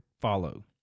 follow